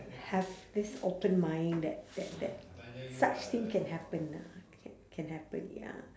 have this open mind that that that such thing can happen ah ca~ can happen ya